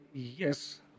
Yes